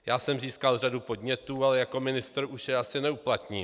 Já jsem získal řadu podnětů, ale jako ministr už je asi neuplatním.